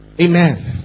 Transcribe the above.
Amen